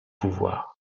pouvoirs